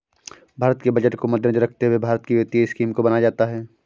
भारत के बजट को मद्देनजर रखते हुए भारत की वित्तीय स्कीम को बनाया जाता है